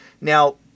Now